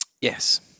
yes